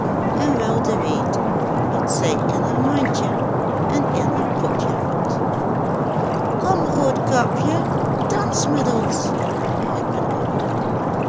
en wilden weten wat zij in haar mandje en in haar potje had kom roodkapje dans met ons riepen allen